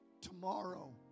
Tomorrow